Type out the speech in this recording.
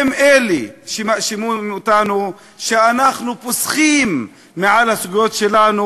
הם אלה שמאשימים אותנו שאנחנו פוסחים על הסוגיות שלנו